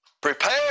Prepare